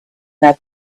their